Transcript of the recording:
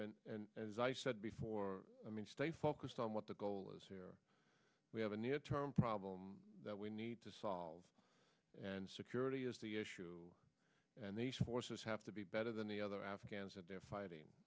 leaders and as i said before i mean stay focused on what the goal is here we have a near term problem that we need to solve and security is the issue and these forces have to be better than the other afghans and they're fighting